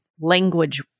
language